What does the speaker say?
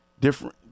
different